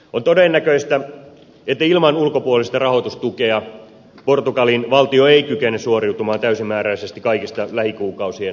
on todennäköistä että ilman ulkopuolista rahoitustukea portugalin valtio ei kykene suoriutumaan täysimääräisesti kaikista lähikuukausien velvoitteistaan